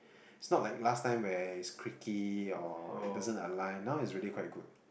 it's not like last time where it's creaky or it doesn't align now it's really quite good